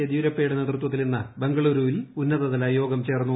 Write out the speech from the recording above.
യെദ്യൂരപ്പയുടെ നേതൃത്വത്തിൽ ഇന്ന് ബംഗളൂരുവിൽ ഉന്നതതല യോഗം ചേർന്നു